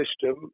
system